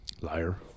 liar